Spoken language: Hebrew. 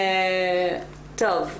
טוב.